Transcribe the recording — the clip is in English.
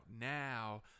now